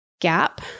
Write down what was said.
gap